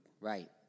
Right